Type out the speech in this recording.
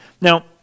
Now